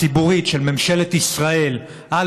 כשההוצאה הציבורית של ממשלת ישראל על